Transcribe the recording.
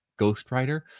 ghostwriter